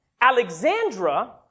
Alexandra